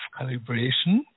calibration